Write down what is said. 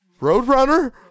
Roadrunner